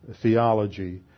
theology